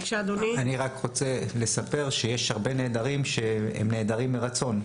אני רק רוצה לספר שיש הרבה נעדרים שהם נעדרים מרצון.